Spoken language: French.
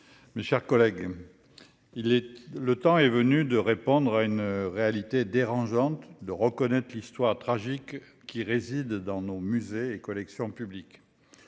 mes chers collègues, le temps est venu de répondre à une réalité dérangeante en reconnaissant l'histoire tragique liée à nos musées et collections publiques.